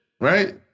right